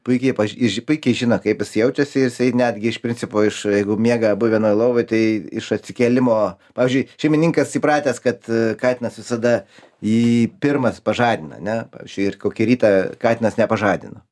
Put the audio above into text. puikiai paž jis ž puikiai žino kaip jis jaučiasi jisai netgi iš principo iš jeigu miega abu vienoj lovoj tai iš atsikėlimo pavyzdžiui šeimininkas įpratęs kad katinas visada jį pirmas pažadina ne šir kokį rytą katinas nepažadino